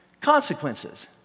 consequences